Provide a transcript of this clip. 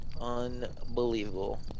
Unbelievable